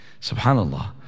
Subhanallah